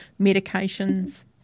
Medications